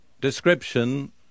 description